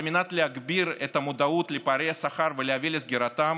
על מנת להגביר את המודעות לפערי השכר ולהביא לסגירתם